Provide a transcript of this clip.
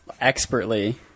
expertly